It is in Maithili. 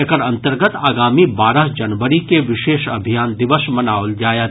एकर अन्तर्गत आगामी बारह जनवरी के विशेष अभियान दिवस मनाओल जायत